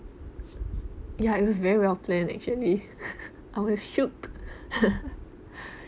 ya it was very well planned actually I was